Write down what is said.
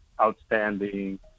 outstanding